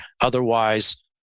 otherwise